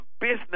business